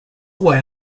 why